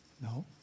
No